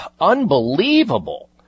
unbelievable